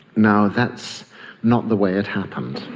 now, that's not the way it happened.